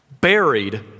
buried